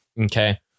Okay